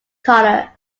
color